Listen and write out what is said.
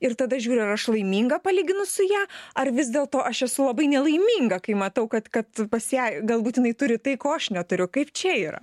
ir tada žiūriu ar aš laiminga palyginus su ja ar vis dėlto aš esu labai nelaiminga kai matau kad kad pas ją gal būt jinai turi tai ko aš neturiu kaip čia yra